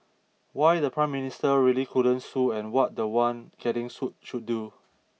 why the prime minister really couldn't sue and what the one getting sued should do